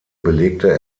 belegte